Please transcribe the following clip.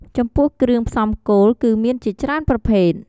ចំពោះគ្រឿងផ្សំគោល គឺមានជាច្រើនប្រភេទ។